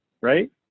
right